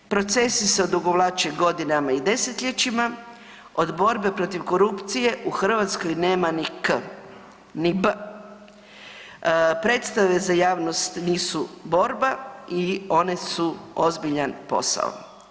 Procesi se odugovlače godinama i desetljećima, od borbe protiv korupcije u Hrvatskoj nema ni K, ni P. Predstave za javnost nisu borba i one su ozbiljan posao.